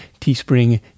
Teespring